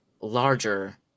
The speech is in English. larger